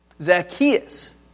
Zacchaeus